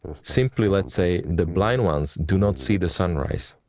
um simply, let's say, the blind ones do not see the sunrise.